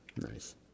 Nice